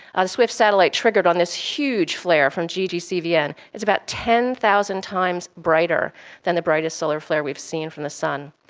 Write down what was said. the swift satellite triggered on this huge flare from dg cvn, it's about ten thousand times brighter than the brightest solar flare we've seen from the sun.